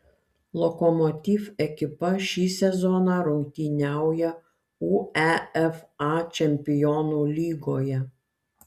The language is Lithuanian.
lokomotiv ekipa šį sezoną rungtyniauja uefa čempionų lygoje